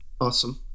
Awesome